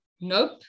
Nope